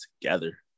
together